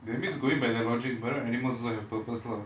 that means going by that logic by right animals also have purpose lah